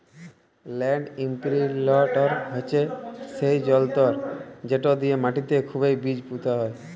land ইমপিরিলটর হছে সেই জলতর্ যেট দিঁয়ে মাটিতে খুবই বীজ পুঁতা হয়